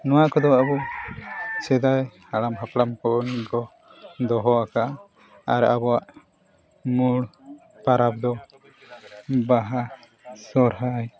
ᱱᱚᱣᱟ ᱠᱚᱫᱚ ᱟᱵᱚ ᱥᱮᱫᱟᱭ ᱦᱟᱲᱟᱢ ᱦᱟᱯᱲᱟᱢ ᱠᱷᱚᱱ ᱠᱚ ᱫᱚᱦᱚ ᱟᱠᱟᱫ ᱟᱨ ᱟᱵᱚᱣᱟᱜ ᱢᱩᱞ ᱯᱚᱨᱚᱵᱽ ᱫᱚ ᱵᱟᱦᱟ ᱥᱚᱦᱨᱟᱭ